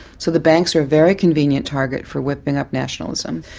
so the banks are a very convenient target for whipping up nationalism.